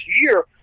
year